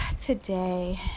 Today